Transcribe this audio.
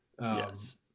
Yes